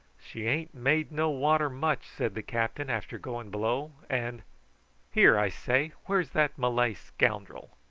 she ain't made no water much, said the captain, after going below and here, i say, where's that malay scoundrel?